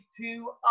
two